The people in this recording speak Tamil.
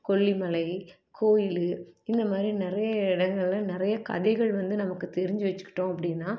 கொல்லிமலை கோயில் இந்த மாதிரி நிறைய இடங்கள்ல நிறைய கதைகள் வந்து நமக்கு தெரிஞ்சு வச்சுக்கிட்டோம் அப்படின்னா